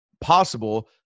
possible